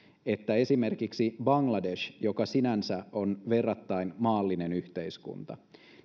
että esimerkiksi bangladeshista joka sinänsä on verrattain maallinen yhteiskunta